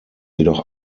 jedoch